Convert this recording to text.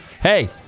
Hey